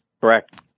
Correct